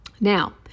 Now